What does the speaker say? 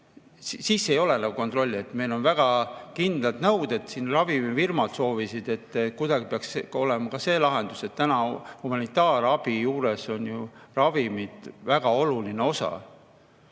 siis ei ole kontrolli. Meil on väga kindlad nõuded. Ravimifirmad soovisid, et kuidagi peaks olema ka see lahendatud, et humanitaarabi juures on ravimid väga oluline osa.